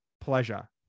pleasure